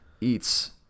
eats